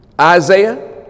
Isaiah